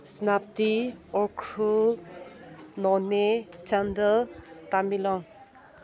Senapati Ukhrul Noney Chandel Tamenglong